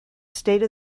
state